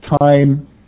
time